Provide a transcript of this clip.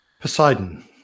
Poseidon